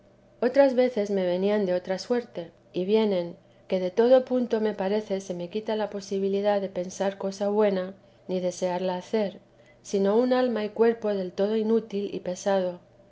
otras veces me venían de otra suerte y vienen que de todo punto me parece se me quita la posibilidad de pensar cosa buena ni desearla hacer sino un alma y cuerpo del todo inútil y pesado